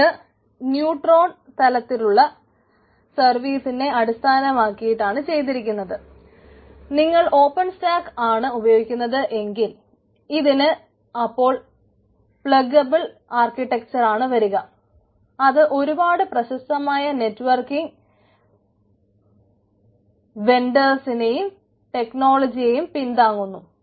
ഇത് ന്യൂട്രോൺ ടെക്നോളജിയെയും പിന്താങ്ങുന്നു